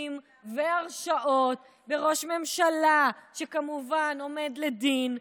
תיקים והרשעות, וראש ממשלה שכמובן עומד לדין,